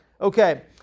Okay